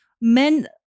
men